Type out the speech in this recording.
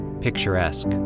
picturesque